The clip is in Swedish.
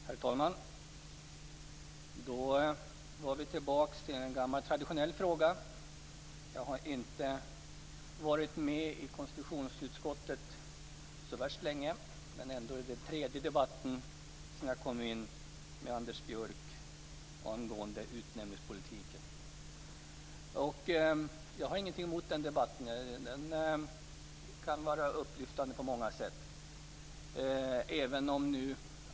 Herr talman! Då var vi tillbaka till en gammal traditionell fråga. Jag har inte varit med i konstitutionsutskottet så värst länge. Men ändå är det tredje debatten som jag har med Anders Björck angående utnämningspolitiken. Jag har ingenting emot den debatten. Den kan vara på många sätt upplyftande.